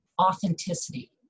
authenticity